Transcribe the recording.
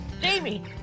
jamie